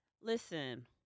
listen